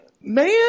man